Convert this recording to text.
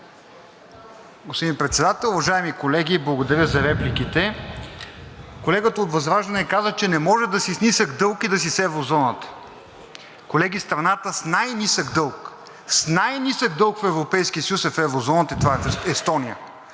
Господин Председател! Уважаеми колеги, благодаря за репликите. Колегата от ВЪЗРАЖДАНЕ каза, че не може да си с нисък дълг и да си в еврозоната. Колеги, страната с най-нисък дълг, с най-нисък дълг в Европейския съюз, е в еврозоната и това е Естония.